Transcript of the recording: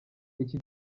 iki